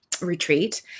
retreat